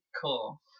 Cool